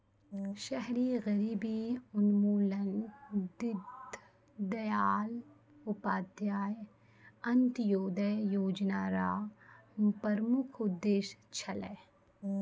शहरी गरीबी उन्मूलन दीनदयाल उपाध्याय अन्त्योदय योजना र प्रमुख उद्देश्य छलै